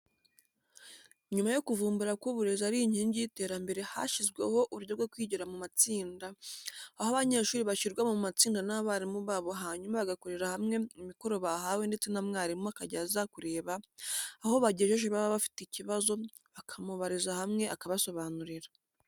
Nyuma yo kuvumbura ko uburezi ari inkingi y'iterambere hashyizweho uburyo bwo kwigira mu matsinda, aho abanyeshuri bashyirwa mu matsina n'abarimu babo hanyuma bagakorera hamwe imikoro bahawe ndetse na mwarimu akajya aza kureba aho bagejeje baba bafite ikibazo bakamubariza hamwe akabasobanurira.